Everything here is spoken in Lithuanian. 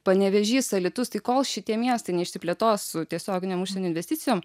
panevėžys alytus tai kol šitie miestai neišsiplėtos su tiesioginėm užsienio investicijom